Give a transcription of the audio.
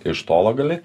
iš tolo gali